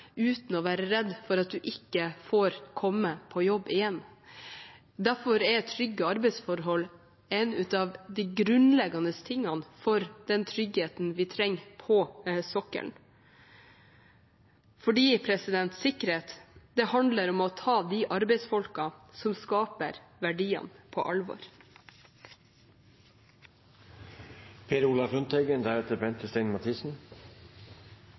uten å være redd for at en ikke får komme på jobb igjen. Derfor er trygge arbeidsforhold grunnleggende for den tryggheten vi trenger på sokkelen, fordi sikkerhet handler om å ta de arbeidsfolkene som skaper verdiene, på